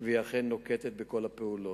והיא אכן נוקטת את כל הפעולות.